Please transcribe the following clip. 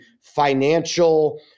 financial